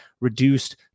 reduced